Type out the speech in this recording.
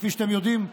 כפי שאתם יודעים,